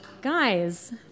Guys